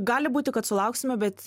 gali būti kad sulauksime bet